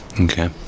Okay